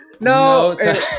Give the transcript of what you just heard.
No